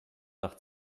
nach